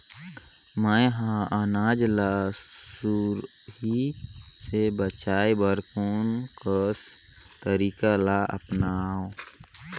मैं ह अनाज ला सुरही से बचाये बर कोन कस तरीका ला अपनाव?